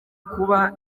kuba